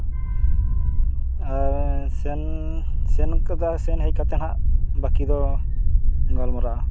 ᱥᱮᱱ ᱥᱮᱱ ᱠᱟᱛᱮᱫ ᱥᱮᱱ ᱦᱮᱡ ᱠᱟᱛᱮᱫ ᱦᱟᱸᱜ ᱵᱟᱹᱠᱤ ᱫᱚ ᱜᱟᱞᱢᱟᱨᱟᱜᱼᱟ